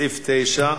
סעיף 9: